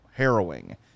harrowing